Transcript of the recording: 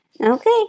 Okay